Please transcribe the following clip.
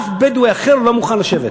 אף בדואי אחר לא מוכן לשבת.